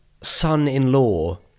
son-in-law